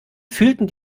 fühlten